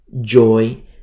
joy